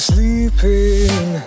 Sleeping